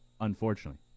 unfortunately